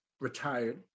retired